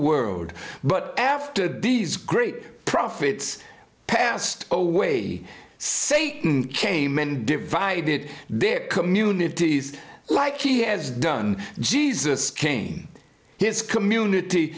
world but after these great prophets passed away satan kamen divided their communities like he has done jesus came his community